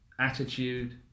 attitude